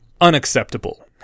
Unacceptable